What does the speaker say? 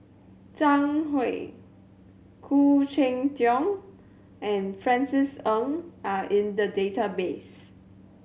Zhang Hui Khoo Cheng Tiong and Francis Ng are in the database